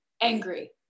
angry